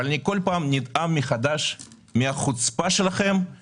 אבל אני כל פעם נדהם מחדש מהחוצפה שלכם